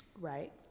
right